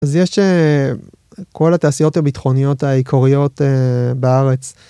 אז יש כל התעשיות הביטחוניות העיקריות בארץ.